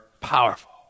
powerful